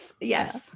yes